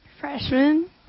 Freshman